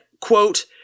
quote